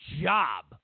job